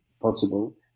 possible